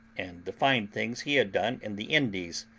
and the fine things he had done in the indies,